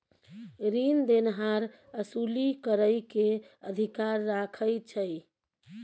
रीन देनहार असूली करइ के अधिकार राखइ छइ